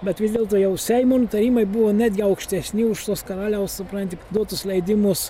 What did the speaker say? bet vis dėlto jau seimo nutarimai buvo netgi aukštesni už tuos karaliaus supranti duotus leidimus